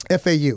FAU